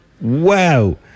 Wow